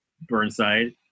Burnside